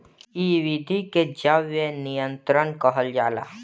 इ विधि के जैव नियंत्रण कहल जाला